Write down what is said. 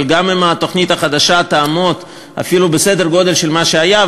אבל גם אם התוכנית החדשה תעמוד אפילו בסדר הגודל של מה שהיה,